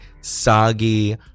soggy